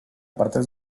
parte